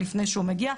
לפני שהוא מגיע.